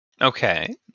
Okay